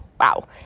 Wow